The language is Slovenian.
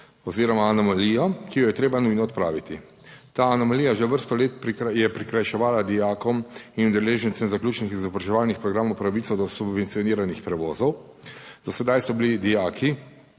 oziroma anomalijo, ki jo je treba nujno odpraviti. Ta anomalija že vrsto let je prikrajševala dijakom in udeležencem zaključnih izobraževalnih programov pravico do subvencioniranih prevozov. Do sedaj so bili dijaki,